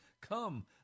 Come